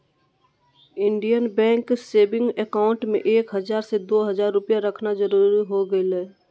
Indian bank saving account में एक हजार से दो हजार रुपया रखना जरूरी हो गेलय